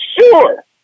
Sure